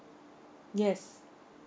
yes